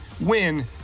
win